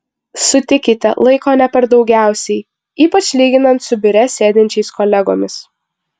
sutikite laiko ne per daugiausiai ypač lyginant su biure sėdinčiais kolegomis